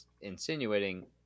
insinuating